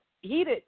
heated